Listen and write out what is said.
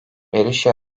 berişa